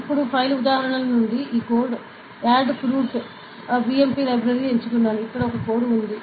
ఇప్పుడు ఫైల్ ఉదాహరణల నుండి నేను ఈ కోడ్ యాడ్ ఫ్రూట్ BMP లైబ్రరీని ఎంచుకున్నాను ఇక్కడ ఒక కోడ్ వుంది